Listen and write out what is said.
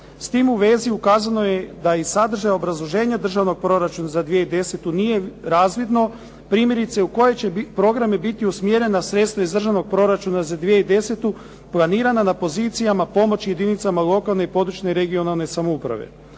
S tim u vezi ukazano je da je i sadržaj obrazloženja Državnog proračuna za 2010. nije razvidno primjerice u koje će programe biti usmjerena sredstva iz Državnog proračuna za 2010. planirana na pozicijama pomoći jedinicama lokalne i područne (regionalne) samouprave.